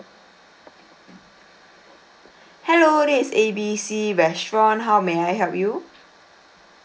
hello this is A B C restaurant how may I help you